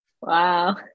Wow